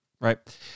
right